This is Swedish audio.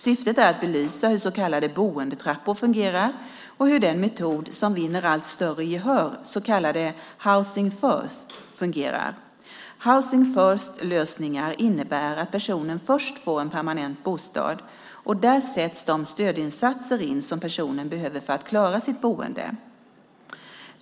Syftet är att belysa hur så kallade boendetrappor fungerar och hur den metod som vinner allt större gehör, så kallade housing first , fungerar. Housing first lösningar innebär att personen först får en permanent bostad. Där sätts de stödinsatser in som personen behöver för att klara sitt boende.